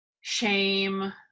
shame